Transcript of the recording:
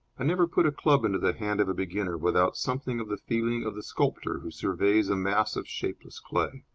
i never put a club into the hand of a beginner without something of the feeling of the sculptor who surveys a mass of shapeless clay.